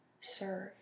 Serve